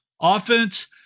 offense